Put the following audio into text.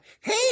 Hey